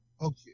Okay